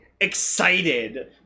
excited